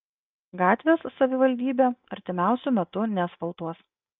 gatvės savivaldybė artimiausiu metu neasfaltuos